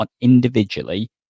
individually